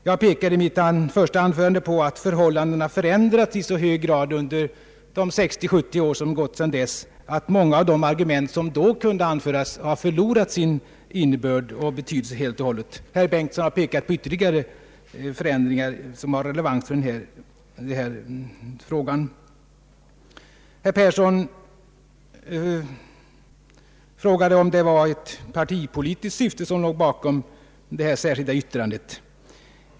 Jag pekade i mitt första anförande på att förhållandena har förändrats i så hög grad under de 60—70 år som har gått sedan dess att de argument som då kunde anföras nu helt och hållet har förlorat sin innebörd och betydelse. Herr Bengtson har pekat på ytterligare förändringar som är relevanta i denna fråga. Herr Yngve Persson frågade om ett partipolitiskt syfte låg bakom det särskilda yttrandet.